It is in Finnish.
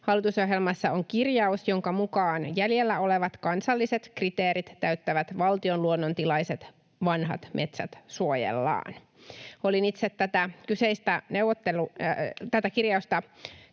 Hallitusohjelmassa on kirjaus, jonka mukaan jäljellä olevat kansalliset kriteerit täyttävät valtion luonnontilaiset vanhat metsät suojellaan. Olin itse tätä kyseistä